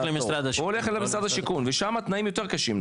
הוא הולך למשרד השיכון ושם התנאים יותר קשים,